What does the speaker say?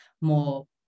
more